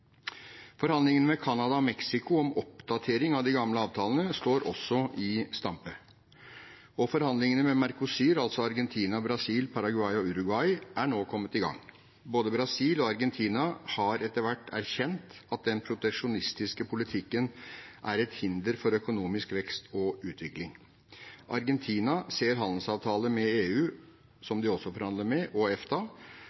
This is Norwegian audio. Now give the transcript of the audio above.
Forhandlingene med Canada og Mexico om oppdatering av de gamle avtalene står også i stampe, og forhandlingene med Mercosur, altså Argentina, Brasil, Paraguay og Uruguay, er nå kommet i gang. Både Brasil og Argentina har etter hvert erkjent at den proteksjonistiske politikken er et hinder for økonomisk vekst og utvikling. Argentina ser handelsavtaler med EU – som